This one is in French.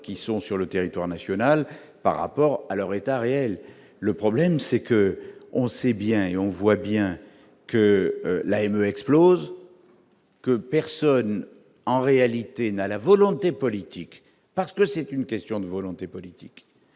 qui sont sur le territoire national par rapport à leur état réel, le problème c'est que on sait bien, et on voit bien que l'AME explose, que personne, en réalité, n'a la volonté politique, parce que c'est une question de volonté politique